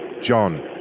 John